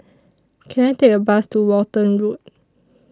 Can I Take A Bus to Walton Road